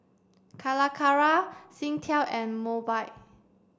Calacara Singtel and Mobike